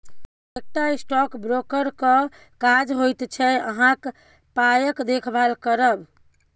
एकटा स्टॉक ब्रोकरक काज होइत छै अहाँक पायक देखभाल करब